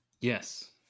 Yes